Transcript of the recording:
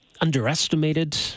underestimated